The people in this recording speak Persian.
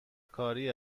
کاری